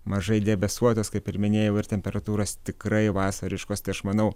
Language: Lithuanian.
mažai debesuotus kaip ir minėjau ir temperatūros tikrai vasariškos tai aš manau